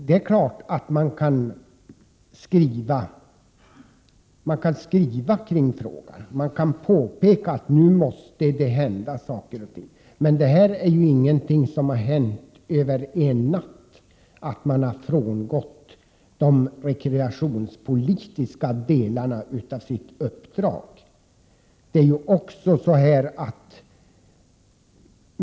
Det är klart att man kan skriva kring frågan. Man kan påpeka att nu måste det hända saker och ting. Men att Turistrådet har frångått de riktlinjer som riksdagen ställt upp för rekreationspolitiken är ju ingenting som har skett över en natt.